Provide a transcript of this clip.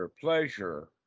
pleasure